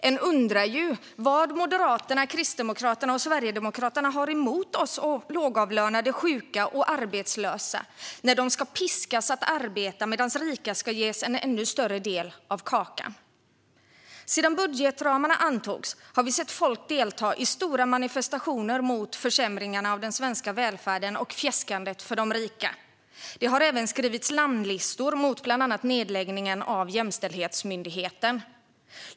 En undrar ju vad Moderaterna, Kristdemokraterna och Sverigedemokraterna har emot lågavlönade, sjuka och arbetslösa när de ska piskas att arbeta medan rika ska ges en ännu större del av kakan. Sedan budgetramarna antogs har vi sett folk delta i stora manifestationer mot försämringarna av den svenska välfärden och fjäskandet för de rika. Det har även skrivits namnlistor mot bland annat nedläggningen av Jämställdhetsmyndigheten.